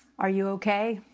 are you okay?